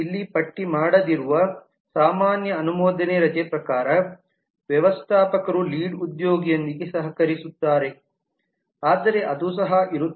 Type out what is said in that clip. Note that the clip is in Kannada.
ಇಲ್ಲಿ ಪಟ್ಟಿ ಮಾಡದಿರುವ ಸಾಮಾನ್ಯ ಅನುಮೋದನೆ ರಜೆ ಪ್ರಕಾರ ವ್ಯವಸ್ಥಾಪಕರು ಲೀಡ್ ಉದ್ಯೋಗಿಯೊಂದಿಗೆ ಸಹಕರಿಸುತ್ತಾರೆಆದರೆ ಅದು ಸಹ ಇರುತ್ತದೆ